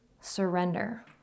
surrender